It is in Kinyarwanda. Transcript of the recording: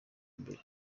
mbere